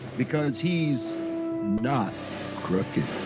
because he's not crooked.